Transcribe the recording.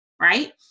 right